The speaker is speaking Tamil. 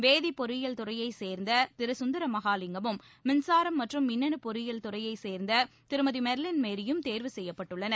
வேதி பொறியியல் துறையைச் சேர்ந்த திரு சுந்தரமகாலிங்கமும் மின்சாரம் மற்றும் மின்னனு பொறியியல் துறையைச் சேர்ந்த திருமதி மெர்லின் மேரியும் தேர்வு செய்யப்பட்டுள்ளனர்